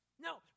No